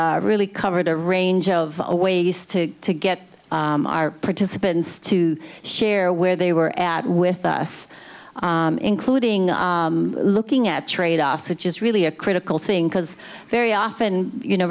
really covered a range of ways to to get our participants to share where they were at with us including looking at tradeoffs which is really a critical thing because very often you know